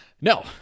no